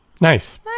Nice